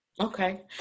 okay